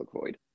void